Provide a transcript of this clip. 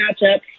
matchup